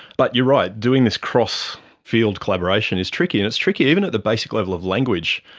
but you're right, doing this cross field collaboration is tricky, and it's tricky even at the basic level of language.